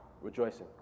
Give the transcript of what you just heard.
rejoicing